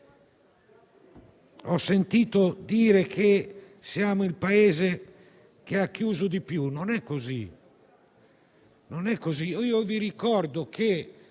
Ho sentito dire che siamo il Paese che ha chiuso di più. Non è così. Vi ricordo che